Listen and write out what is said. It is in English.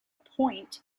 point